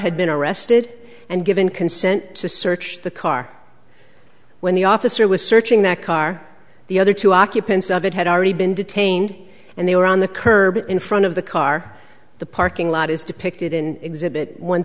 had been arrested and given consent to search the car when the officer was searching that car the other two occupants of it had already been detained and they were on the curb in front of the car the parking lot is depicted in exhibit one